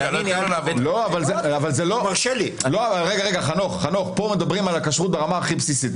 --- פה מדברים על הכשרות ברמה הכי בסיסית,